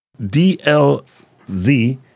DLZ